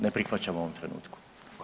Ne prihvaćamo u ovom trenutku.